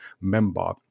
member